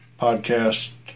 podcast